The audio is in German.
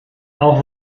auch